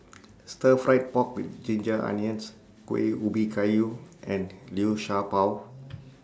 Stir Fried Pork with Ginger Onions Kueh Ubi Kayu and Liu Sha Bao